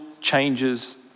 changes